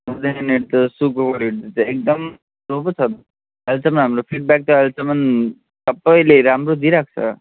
अहिलेसम्म हाम्रो फिडब्याक त अहिलेसम्म सबैले राम्रो दिइरहेको छ